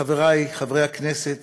לחברי חברי הכנסת,